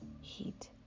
heat